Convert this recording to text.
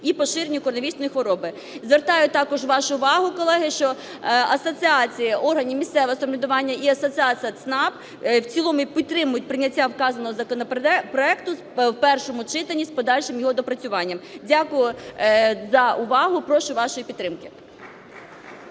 і поширенню коронавірсної хвороби. Звертаю також вашу увагу, колеги, що Асоціація органів місцевого самоврядування і Асоціація ЦНАП в цілому підтримують прийняття вказаного законопроекту в першому читанні з подальшим його доопрацюванням. Дякую за увагу. Прошу вашої підтримки.